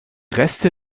reste